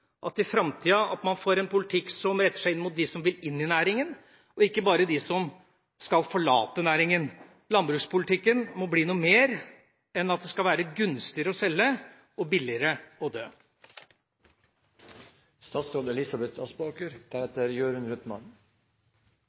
at man i framtida får en politikk som retter seg inn mot dem som vil inn i næringa, og ikke bare dem som skal forlate næringa. Landbrukspolitikken må bli noe mer enn at det skal være gunstigere å selge og billigere å dø.